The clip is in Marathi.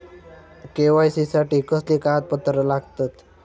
के.वाय.सी साठी कसली कागदपत्र लागतत?